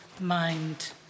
mind